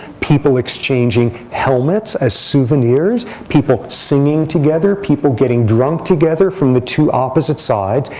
people exchanging helmets as souvenirs, people singing together, people getting drunk together from the two opposite sides.